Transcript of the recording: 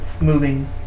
moving